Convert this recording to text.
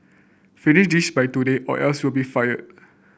finish this by today or else you'll be fired